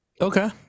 Okay